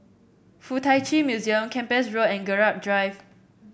FuK Tak Chi Museum Kempas Road and Gerald Drive